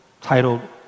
titled